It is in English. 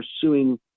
pursuing